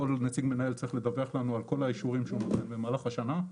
כל נציג מנהל צריך לדווח לנו על כל האישורים שהוא נותן במהלך השנה.